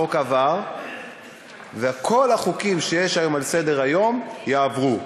החוק עבר וכל החוקים שיש היום על סדר-היום יעברו,